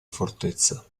fortezza